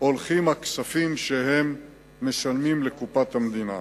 הולכים הכספים שהם משלמים לקופת המדינה.